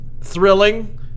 thrilling